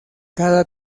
cada